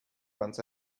once